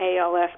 ALS